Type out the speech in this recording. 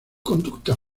conducta